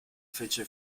fece